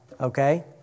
Okay